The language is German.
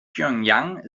pjöngjang